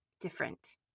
different